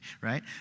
right